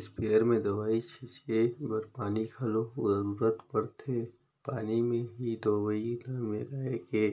sprayer में दवई छींचे बर पानी कर घलो जरूरत परथे पानी में ही दो दवई ल मेराए के